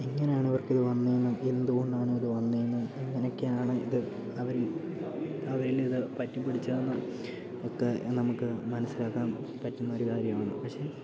എങ്ങനെയാണ് ഇവർക്കിത് വന്നതെന്നും എന്തുകൊണ്ടാണ് ഇതു വന്നതെന്നും എങ്ങനെയൊക്കെയാണ് ഇത് അവരിൽ അവരിൽ ഇത് പറ്റിപിടിച്ചതെന്നും ഒക്കെ നമുക്ക് മനസ്സിലാക്കാൻ പറ്റുന്ന ഒരു കാര്യമാണ് പക്ഷേ